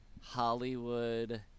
Hollywood